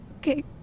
Okay